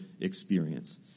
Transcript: experience